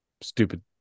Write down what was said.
stupid